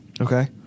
Okay